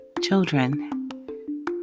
children